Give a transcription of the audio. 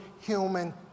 human